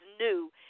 new